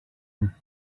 one